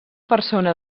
persona